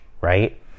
Right